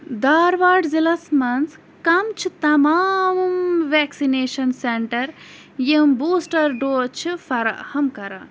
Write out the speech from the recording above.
دھارواڑ ضِلعس منٛز کَم چھِ تمام وٮ۪کسِنیشن سٮ۪نٛٹَر یِم بوٗسٹَر ڈوز چھِ فراہَم کران